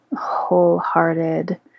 wholehearted